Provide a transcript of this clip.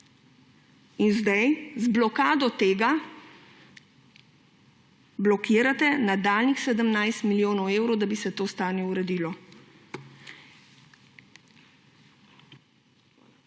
in zdaj z blokado tega blokirate nadaljnjih 17 milijonov evrov, da bi se to stanje uredilo.